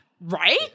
Right